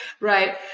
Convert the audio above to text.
Right